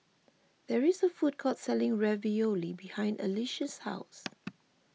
there is a food court selling Ravioli behind Alysha's house